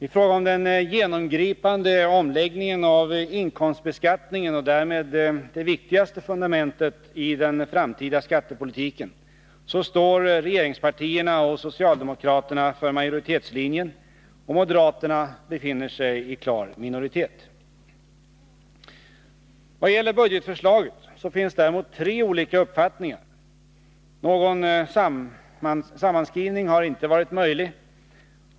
I fråga om den genomgripande omläggningen av inkomstbeskattningen och därmed det viktigaste fundamentet i den framtida skattepolitiken står regeringspartierna och socialdemokraterna för majoritetslinjen och moderaterna befinner sig i klar minoritet. Vad gäller budgetförslaget finns däremot tre olika uppfattningar. Någon sammanskrivning har inte varit möjlig.